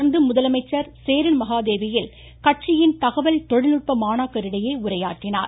தொடர்ந்து முதலமைச்சர் சேரன் மகாதேவியில் கட்சியின் தகவல் தொழில் நுட்ப மாணாக்கரிடையே உரையாற்றினார்